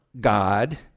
God